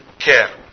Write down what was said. care